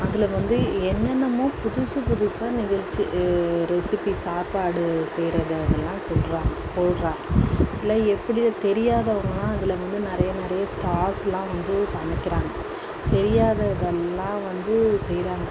அதில் வந்து என்னென்னமோ புதுசு புதுசாக நிகழ்ச்சி ரெசிபி சாப்பாடு செய்றதை அதெல்லாம் சொல்லுறாங்க சொல்லுறாங்க இல்லை எப்படி தெரியாதவங்களா அதில் வந்து நிறைய நிறைய ஸ்டார்ஸ்லாம் வந்து சமைக்கிறாங்க தெரியாத இதெல்லாம் வந்து செய்யுறாங்க